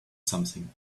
something